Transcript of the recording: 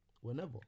Whenever